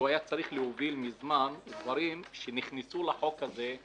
שהוא היה צריך להוביל מזמן דברים שנכנסו להצעת החוק הזאת.